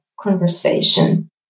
conversation